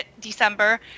December